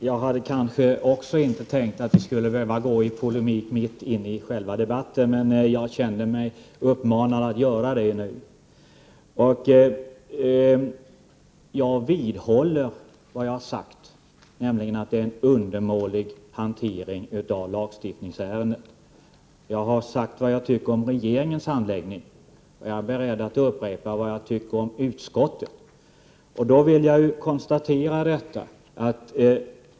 Fru talman! Jag hade också tänkt att jag inte skulle behöva gå i polemik mitt inne i själva debatten, men jag känner mig uppmanad att göra det nu. Jag vidhåller vad jag har sagt, nämligen att det varit en undermålig hantering av lagstiftningsärendet. Jag har sagt vad jag tycker om regeringens handläggning, och jag är beredd att upprepa vad jag tycker om utskottets.